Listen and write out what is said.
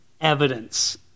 evidence